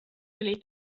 oli